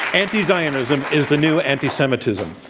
anti-zionism is the new anti-semitism.